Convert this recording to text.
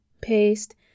paste